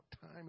Time